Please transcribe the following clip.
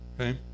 Okay